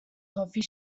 coffee